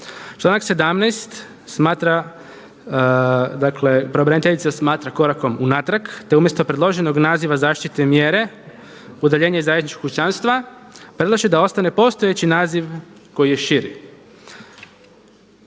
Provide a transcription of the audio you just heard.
smatra korakom unatrag, te umjesto predloženog naziva zaštitne mjere udaljenje iz zajedničkog kućanstva predlaže da ostane postojeći naziv koji je širi.